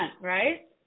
right